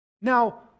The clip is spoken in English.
Now